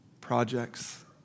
projects